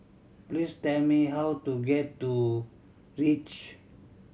please tell me how to get to Reach